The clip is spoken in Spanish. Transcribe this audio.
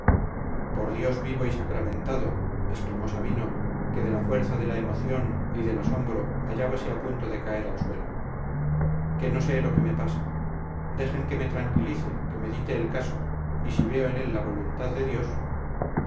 por dios vivo y sacramentado exclamó sabino que de la fuerza de la emoción y del asombro hallábase a punto de caer al suelo que no sé lo que me pasa dejen que me tranquilice que medite el caso y si veo en él la voluntad de dios